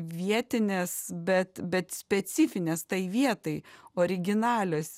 vietinės bet bet specifinės tai vietai originalios